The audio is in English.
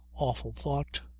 awful thought.